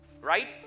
right